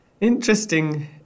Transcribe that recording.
Interesting